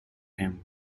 him